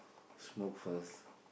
smoke first